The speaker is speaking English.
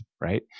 right